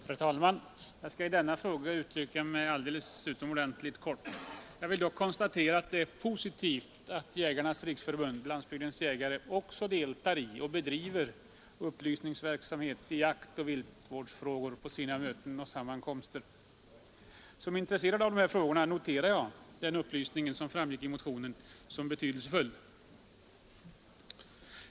Herr talman! Jag skall i denna fråga fatta mig utomordentligt kort. Jag konstaterar att det är positivt att Jägarnas riksförbund-Landsbygdens jägare också deltar i och bedriver upplysningsverksamhet i jaktoch viltvårdsfrågor på sina möten och sammankomster. Som intresserad av de här frågorna noterar jag den upplysningen i motionen som betydelsefull.